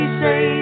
say